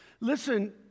Listen